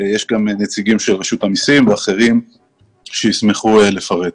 נמצאים נציגי רשות המסים שישמחו לפרט.